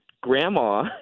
grandma